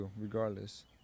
regardless